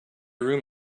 room